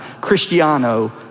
Cristiano